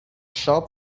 shop